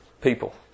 people